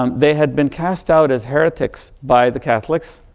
um they had been cast out as heretics by the catholics,